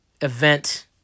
event